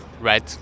red